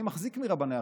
אני מחזיק מרבני ערים,